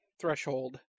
Threshold